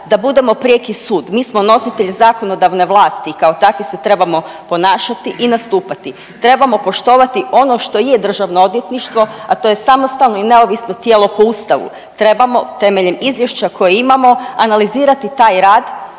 da budemo prijeki sud, mi smo nositelji zakonodavne vlasti i kao takvi se trebamo ponašati i nastupati. Trebamo poštovati ono što je državno odvjetništvo, a to je samostalno i neovisno tijelo po Ustavu. Trebamo temeljem izvješća koje imamo analizirati taj rad